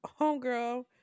homegirl